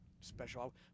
special